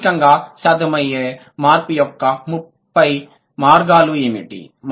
తార్కికంగా సాధ్యమయ్యే మార్పు యొక్క 30 మార్గాలు ఏమిటి